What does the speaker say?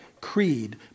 creed